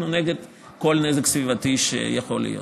אנחנו נגד כל נזק סביבתי שיכול להיות.